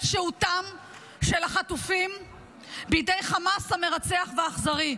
שהותם של החטופים בידי חמאס המרצח והאכזרי.